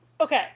okay